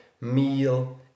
Meal